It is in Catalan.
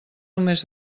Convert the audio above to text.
només